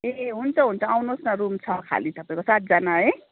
ए हुन्छ हुन्छ आउनुहोस् न रुम छ खाली तपाईँको सातजना है